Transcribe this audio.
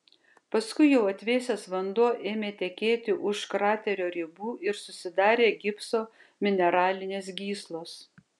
paskui jau atvėsęs vanduo ėmė tekėti už kraterio ribų ir susidarė gipso mineralinės gyslos